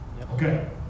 Okay